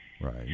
Right